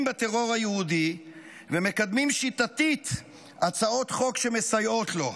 בטרור היהודי ומקדמים שיטתית הצעות חוק שמסייעות לו.